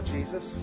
Jesus